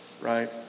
right